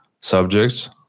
subjects